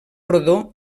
rodó